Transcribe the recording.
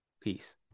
Peace